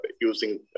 using